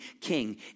king